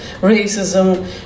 racism